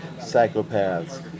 psychopaths